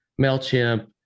MailChimp